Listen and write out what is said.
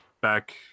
back